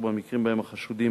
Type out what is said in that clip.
ובמקרים שבהם החשודים